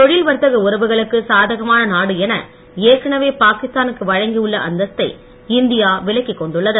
தொழில் வர்த்தக உறவுகளுக்கு சாதகமான நாடு என ஏற்கனவே பாகிஸ்தானுக்கு வழங்கியுள்ள அந்தஸ்தை இந்தியா விலக்கிக் கொண்டுள்ளது